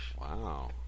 wow